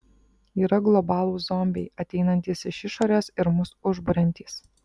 yra globalūs zombiai ateinantys iš išorės ir mus užburiantys